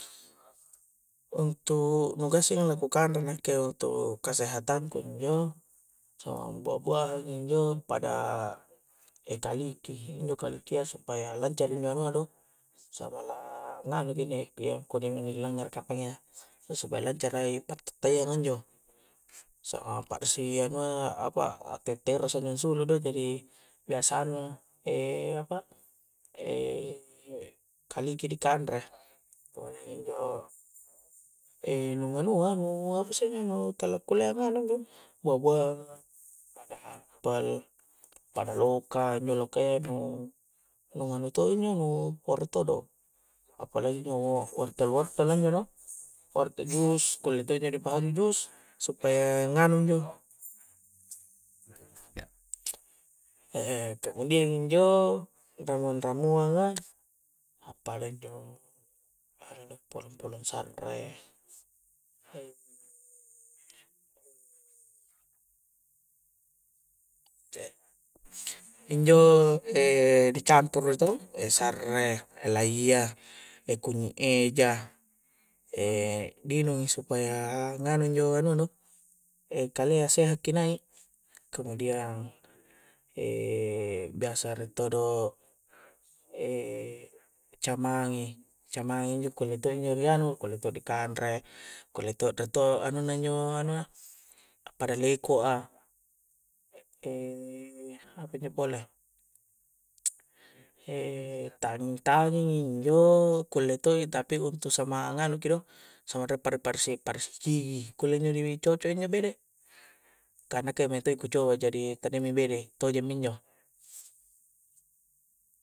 Untuk nu' gassing' la ku kanre' nakke' untuk' kesehatanku injo' samang buah-buahan' injo' pada e' kaliki', injo' kaliki' ya supaya lancarki na anua' do samalang nganu' ki inni' lange' kapang' ya nu' supaya lancara'i patta'taiang anjo' samang pa'risi anu'a, apa'atettereng sang injo' sulu' do, jadi biasa anu' e' apa e' kaliki di kanre' kemudian injo' e' nu nganua' nu' apa isse injo' nu tala kulle'a nganu njo', buah-buahanga' pada loka' injo' loka' ya nu' nu' nganu to' njo' nu' pore' todo apole injo' wortel-wortel'a injo' do kulle' to' injo' di pa halli' jus, supaya nganu njo' e' kemudian injo' ramung-ramuang'a a' pada injo' anu' do pulle-pulle sa're e' injo' e' dicampuru'i to' sarre' laiyya' kunyi' eja' e' di nginungi supaya nganu injo' anua do e'kalea seha'ki nai' kemudian e' biasa rie' to do e' camangi' camangi' injo' kulle to' injo' dianu' kulle' to dikanre' kulle to' re' to' anunna injo' anu'a a'para leko'a e' apa injo' pole e' tanging-tanging'i injo' kulle' to'i tapi untuk samang nganu' ki do, samang re' pa' pa'risi pari'si cigi' kulle' injo' di coco' injo' bede' kah nakke' mae' to' ku coba jadi te'neme bede' toje' minjo'